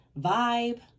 vibe